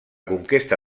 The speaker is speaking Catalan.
conquesta